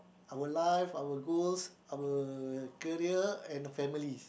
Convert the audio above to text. our life our goals our career and our family